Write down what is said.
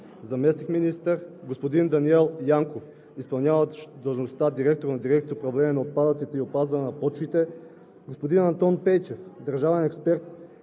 заместник-министър, господин Даниел Янков – изпълняващ длъжността директор на дирекция „Управление на отпадъците и опазване на почвите“, господин Антон Пейчев – държавен експерт,